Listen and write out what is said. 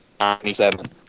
97